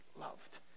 loved